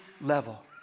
level